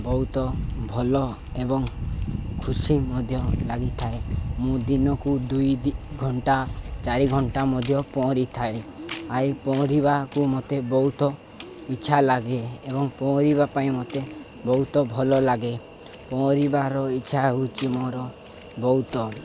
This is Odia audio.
ବହୁତ ଭଲ ଏବଂ ଖୁସି ମଧ୍ୟ ଲାଗିଥାଏ ମୁଁ ଦିନକୁ ଦୁଇ ଘଣ୍ଟା ଚାରି ଘଣ୍ଟା ମଧ୍ୟ ପହଁରିଥାଏ ଆଉ ପହଁରିବାକୁ ମୋତେ ବହୁତ ଇଚ୍ଛା ଲାଗେ ଏବଂ ପହଁରିବା ପାଇଁ ମୋତେ ବହୁତ ଭଲ ଲାଗେ ପହଁରିବାର ଇଚ୍ଛା ହେଉଛି ମୋର ବହୁତ